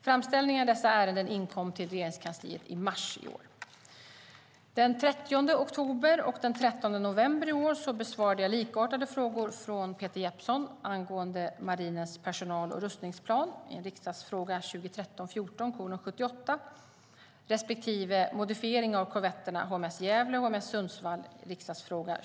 Framställningarna i dessa ärenden inkom till Regeringskansliet i mars i år. Den 30 oktober och den 13 november i år besvarade jag likartade frågor från Peter Jeppsson angående marinens personal och rustningsplan respektive modifiering av korvetterna HMS Gävle och HMS Sundsvall .